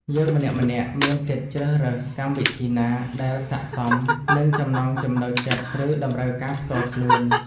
យើងម្នាក់ៗមានសិទ្ធិជ្រើសរើសកម្មវិធីណាដែលស័ក្តិសមនឹងចំណង់ចំណូលចិត្ត ឬ តម្រូវការផ្ទាល់ខ្លួន។